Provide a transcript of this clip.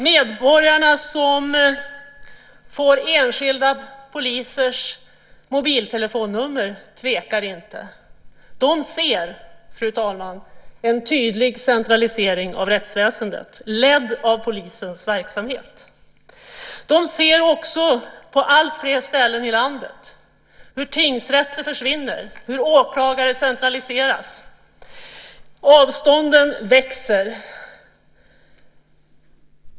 Medborgarna som får enskilda polisers mobiltelefonnummer tvekar inte. De ser, fru talman, en tydlig centralisering av rättsväsendet, ledd av polisens verksamhet. De ser också, på alltfler ställen i landet, hur tingsrätter försvinner och åklagare centraliseras. Avstånden växer.